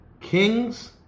kings